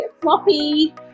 floppy